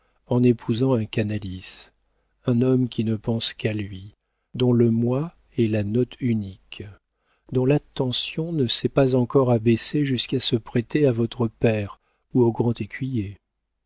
en épousant un canalis un homme qui ne pense qu'à lui dont le moi est la note unique dont l'attention ne s'est pas encore abaissée jusqu'à se prêter à votre père ou au grand écuyer